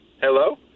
Hello